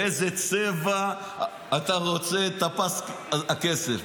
באיזה צבע אתה רוצה את פס הכסף?